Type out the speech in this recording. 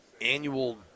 annual